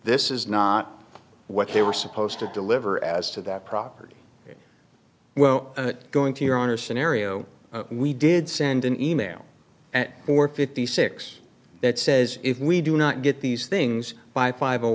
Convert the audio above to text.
this is not what they were supposed to deliver as to that property well going to your honor scenario we did send an e mail at four fifty six that says if we do not get these things by five